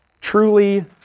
truly